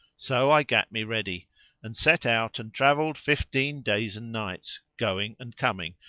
so i gat me ready and set out and travelled fifteen days and nights, going and coming,